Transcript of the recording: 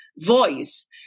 voice